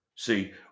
See